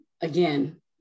Again